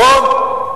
נכון.